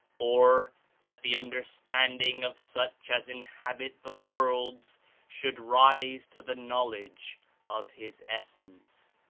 or that the under standing of such as inhabit the worlds should rise to the knowledge of his essence.